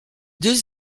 deux